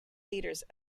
leaders